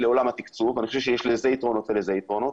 לעולם התקצוב ואני חושב שיש לזה יתרונות ולזה יתרונות.